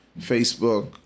Facebook